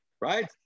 right